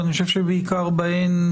ואני חושב שבעיקר בהן,